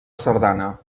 sardana